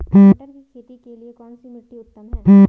मटर की खेती के लिए कौन सी मिट्टी उत्तम है?